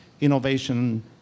innovation